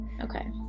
Okay